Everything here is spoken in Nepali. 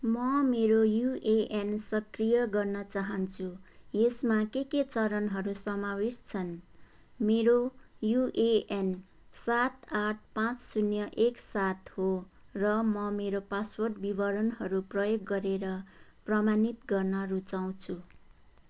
म मेरो युएएन सक्रिय गर्न चाहन्छु यसमा के के चरणहरू समावेश छन् मेरो युएएन सात आठ पाँच शून्य एक सात हो र म मेरो पासवर्ड विवरणहरू प्रयोग गरेर प्रमाणित गर्न रुचाउँछु